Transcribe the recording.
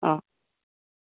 অঁ